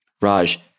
Raj